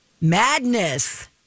Madness